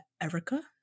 erica